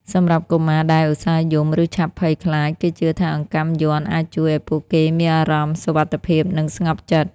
សម្រាប់កុមារដែលឧស្សាហ៍យំ ឬឆាប់ភ័យខ្លាច គេជឿថាអង្កាំយ័ន្តអាចជួយឱ្យពួកគេមានអារម្មណ៍សុវត្ថិភាព និងស្ងប់ចិត្ត។